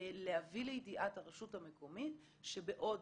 להביא לידיעת הרשות המקומית שבעוד